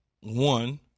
one